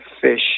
fish